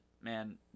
man